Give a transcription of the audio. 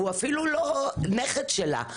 והוא אפילו לא נכד שלה.